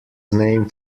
named